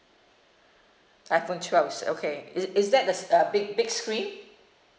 iphone twelve is okay is is that the s~ uh big big screen